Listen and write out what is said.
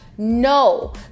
No